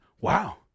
Wow